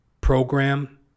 program